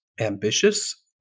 ambitious